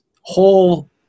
whole